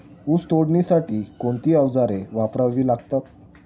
ऊस तोडणीसाठी कोणती अवजारे वापरावी लागतात?